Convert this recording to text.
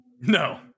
No